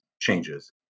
changes